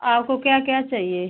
आपको क्या क्या चाहिए